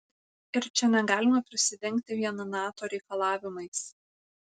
ir čia negalima prisidengti vien nato reikalavimais